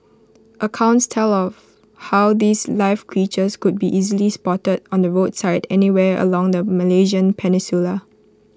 accounts tell of how these live creatures could be easily spotted on the roadside anywhere along the Malaysian peninsula